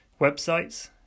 websites